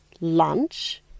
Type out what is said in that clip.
lunch